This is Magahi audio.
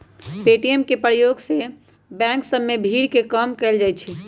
ए.टी.एम के प्रयोग से बैंक सभ में भीड़ के कम कएल जाइ छै